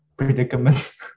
Predicament